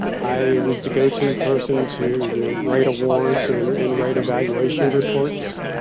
i was the go-to person to, you know, write awards and and write evaluation reports.